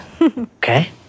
Okay